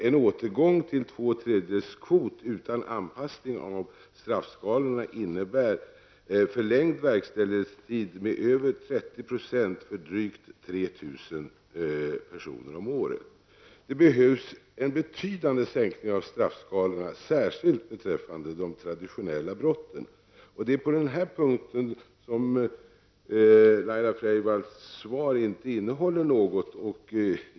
En återgång till två tredjedels kvot utan anpassning av straffskalorna innebär en förlängning av verkställighetstiden med över 30 % för drygt Det behövs en betydande sänkning när det gäller straffskalorna, särskilt beträffande de traditionella brotten. Det är på den här punkten som Laila Freivalds svar inte innehåller något.